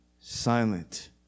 silent